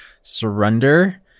Surrender